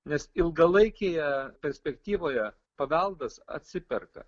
nes ilgalaikėje perspektyvoje paveldas atsiperka